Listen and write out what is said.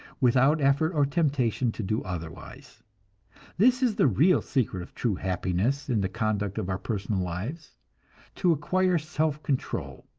without effort or temptation to do otherwise this is the real secret of true happiness in the conduct of our personal lives to acquire self-control,